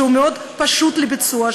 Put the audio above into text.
שהוא מאוד פשוט לביצוע,